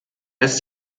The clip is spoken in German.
ist